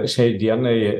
šiai dienai